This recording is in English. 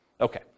Okay